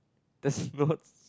that's not